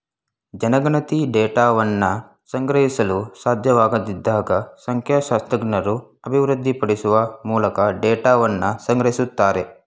ಜನಗಣತಿ ಡೇಟಾವನ್ನ ಸಂಗ್ರಹಿಸಲು ಸಾಧ್ಯವಾಗದಿದ್ದಾಗ ಸಂಖ್ಯಾಶಾಸ್ತ್ರಜ್ಞರು ಅಭಿವೃದ್ಧಿಪಡಿಸುವ ಮೂಲಕ ಡೇಟಾವನ್ನ ಸಂಗ್ರಹಿಸುತ್ತಾರೆ